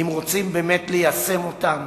אם רוצים באמת ליישם אותו,